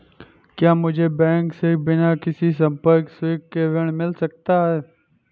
क्या मुझे बैंक से बिना किसी संपार्श्विक के ऋण मिल सकता है?